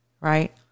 right